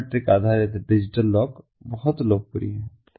biometric आधारित digital lock बहुत लोकप्रिय हैं